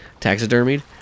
taxidermied